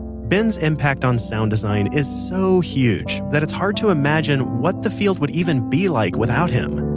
ben's impact on sound design is so huge that it's hard to imagine what the field would even be like without him.